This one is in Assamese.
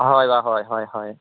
হয় বাৰু হয় হয় হয়